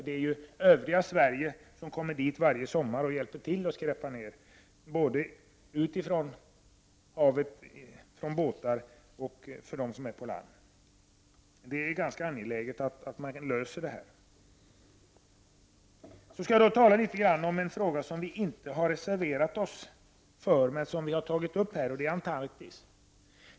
Det är ju invånare från övriga Sverige som kommer dit och ”hjälper till” att skräpa ner, både ute på havet från båtar och på land. Det är ganska angeläget att man löser detta problem. Så skall jag tala litet om en fråga där vi inte heller har reserverat oss men som har tagits upp här, och det gäller Antarktis.